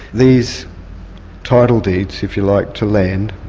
these title deeds if you like, to land,